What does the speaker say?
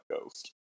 ghost